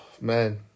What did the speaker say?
Man